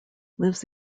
lives